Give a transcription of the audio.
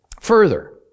Further